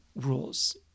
rules